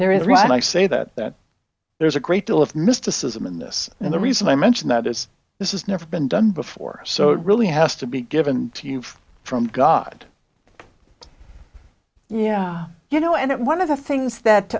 a reason i say that that there's a great deal of mysticism in this and the reason i mention that is this is never been done before so it really has to be given to you from god yeah you know and one of the things that